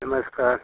नमस्कार